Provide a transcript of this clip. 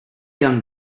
young